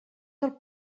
del